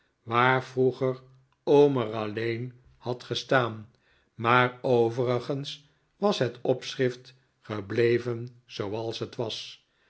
waar vroeger omer alleen had gestaan maar overigens was het opschrift gebleven zooals t was